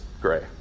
gray